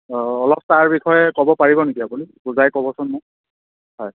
অঁ অলপ তাৰ বিষয়ে ক'ব পাৰিব নেকি আপুনি বুজাই ক'বচোন মোক হয়